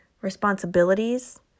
responsibilities